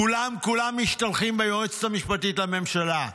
כולם, כולם משתלחים ביועצת המשפטית לממשלה,